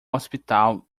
hospital